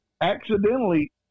accidentally